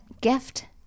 gift